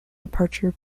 departure